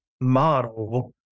model